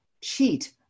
cheat